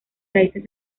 raíces